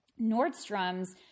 Nordstrom's